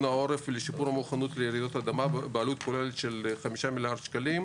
לשיפור המוכנות לרעידות אדמה בעלות כוללת של 5 מיליארד שקלים.